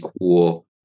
cool